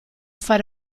fare